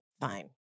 fine